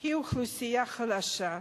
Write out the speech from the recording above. היא אוכלוסייה חלשה,